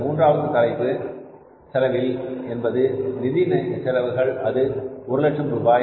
மூன்றாவது தலைப்பு செலவில் என்பது நிதி செலவுகள் அது 100000 ரூபாய்